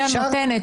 היא הנותנת,